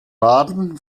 baden